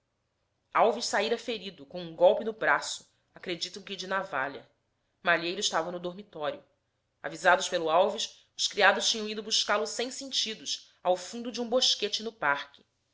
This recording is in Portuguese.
alves saíra ferido com um golpe no braço acreditam que de navalha malheiro estava no dormitório avisados pelo alves os criados tinham ido buscá-lo sem sentidos ao fundo de um bosquete no parque